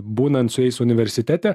būnant su jais universitete